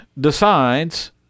decides